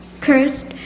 cursed